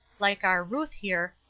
like our ruth here,